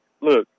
Look